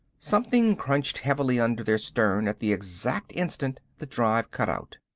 something crunched heavily under their stern at the exact instant the drive cut out.